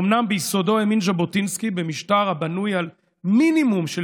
אומנם ביסודו האמין ז'בוטינסקי במשטר הבנוי על מינימום של